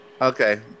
Okay